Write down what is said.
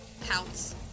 pounce